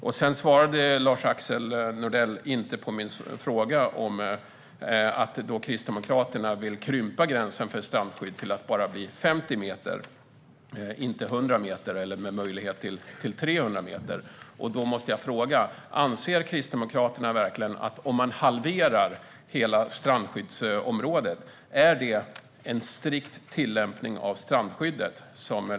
Lars-Axel Nordell svarade inte på min fråga om att Kristdemokraterna vill krympa gränsen för strandskydd till 50 meter, inte 100 meter med möjlighet till 300 meter. Anser Kristdemokraterna verkligen att en halvering av strandskyddsområdet är en strikt tillämpning av strandskyddet?